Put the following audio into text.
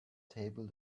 table